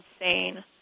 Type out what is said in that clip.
insane